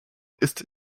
ist